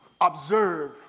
observe